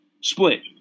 Split